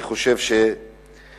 אני חושב שכבר